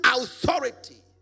authority